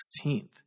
16th